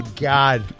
God